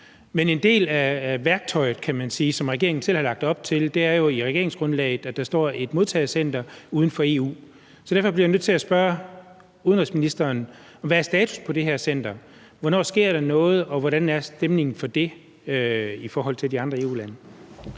Men et af de værktøjer, som regeringen selv har lagt op til skal bruges, er jo, som der står i regeringsgrundlaget, at der skal oprettes modtagecenter uden for EU. Så derfor bliver jeg nødt til at spørge udenrigsministeren: Hvad er status på det her center? Hvornår sker der noget, og hvordan er stemningen for det i de andre EU-lande?